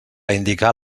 indicar